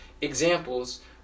examples